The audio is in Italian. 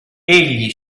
egli